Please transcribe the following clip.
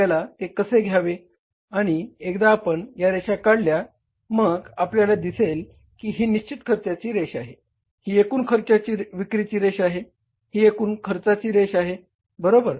आपल्याला ते असे घ्यावे लागेल आणि एकदा आपण या रेषा काढल्या मग आपल्याला दिसेल की ही निश्चित खर्चाची रेष आहे ही एकूण विक्रीची रेष आहे ही एकूण खर्चाची रेष आहे बरोबर